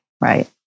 Right